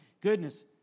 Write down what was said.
goodness